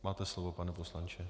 Máte slovo, pane poslanče.